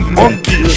monkey